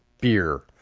beer